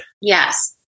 Yes